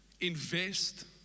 Invest